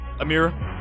Amira